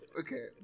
okay